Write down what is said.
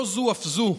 לא זו אף זו,